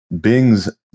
Bing's